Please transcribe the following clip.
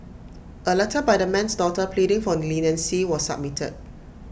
A letter by the man's daughter pleading for leniency was submitted